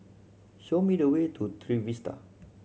show me the way to Trevista